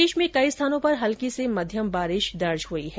प्रदेश में कई स्थानों पर हल्की से मध्यम बारिश हुई है